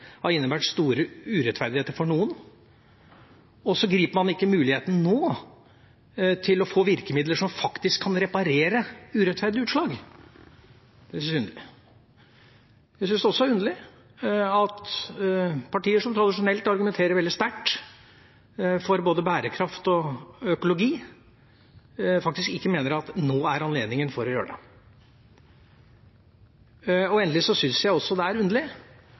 har innebåret stor urettferdighet for noen, for man griper ikke muligheten nå til å få virkemidler som faktisk kan reparere urettferdige utslag. Det syns jeg er underlig. Jeg syns det også er underlig at partier som tradisjonelt argumenterer veldig sterkt for både bærekraft og økologi, faktisk ikke mener at anledningen for å gjøre det er nå. Og endelig syns jeg det er underlig